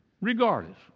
regardless